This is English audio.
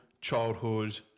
childhood